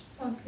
Okay